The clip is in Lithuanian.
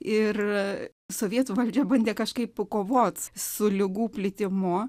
ir sovietų valdžia bandė kažkaip kovoti su ligų plitimu